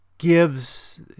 gives